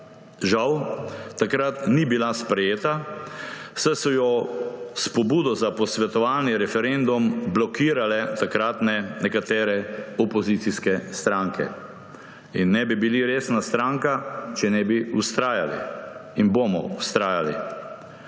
Žal takrat ni bila sprejeta, saj so jo s pobudo za posvetovalni referendum blokirale nekatere takratne opozicijske stranke. Ne bi bili resna stranka, če ne bi vztrajali. In bomo vztrajali.